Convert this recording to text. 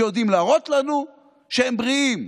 שיודעים להראות לנו שהם בריאים.